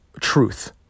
truth